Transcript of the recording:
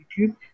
YouTube